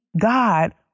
God